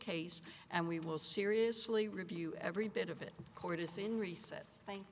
case and we will seriously review every bit of it court is in recess thank